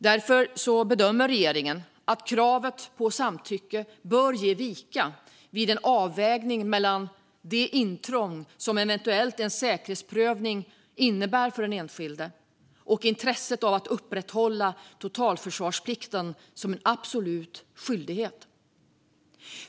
Därför bedömer regeringen att kravet på samtycke bör ge vika vid en avvägning mellan de intrång som säkerhetsprövningen innebär för den enskilde och intresset av att upprätthålla totalförsvarsplikten som en absolut skyldighet.